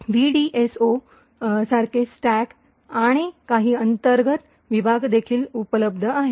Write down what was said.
vDSO सारखे stack आणि काही अंतर्गत विभाग देखील उपलब्ध आहेत